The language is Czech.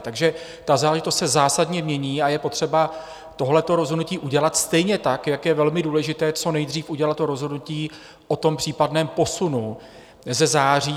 Takže ta záležitost se zásadně mění a je potřeba tohle rozhodnutí udělat, stejně tak jako je velmi důležité co nejdřív udělat rozhodnutí o případném posunu ze září.